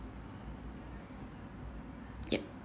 yep